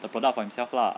the product for himself lah